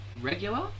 regular